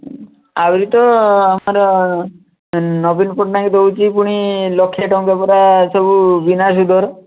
ଆଉ ଇଏତ ଆମର ନବୀନ ପଟ୍ଟନାୟକ ଦେଉଛି ପୁଣି ଲକ୍ଷେ ଟଙ୍କା ପରା ସବୁ ବିନା ସୁଧରେ